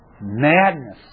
madness